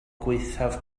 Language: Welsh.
gwaethaf